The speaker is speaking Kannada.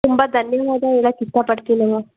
ತುಂಬ ಧನ್ಯವಾದ ಹೇಳಕ್ ಇಷ್ಟಪಡ್ತೀನಿ ಮ್ಯಾಮ್